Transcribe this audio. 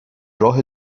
راه